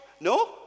No